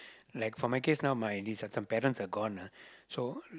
like for my case now my this uh some parents are gone ah so